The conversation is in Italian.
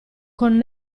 con